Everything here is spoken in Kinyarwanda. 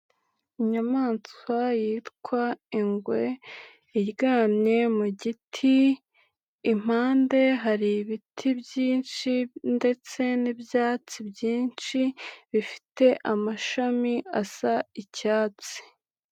Inyamaswa yitwa ingwe iryamye mu giti, impande hari ibiti byinshi ndetse n'ibyatsi byinshi bifite amashami asa icyatsi.